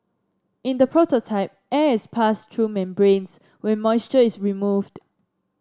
in the prototype air is passed through membranes where moisture is removed